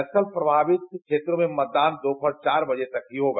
नक्सल समस्या प्रमावित क्षेत्रों में मतदान दोपहर तीन बजे तक ही होगा